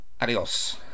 Adios